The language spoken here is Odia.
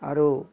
ଆରୁ